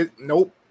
Nope